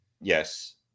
yes